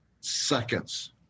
seconds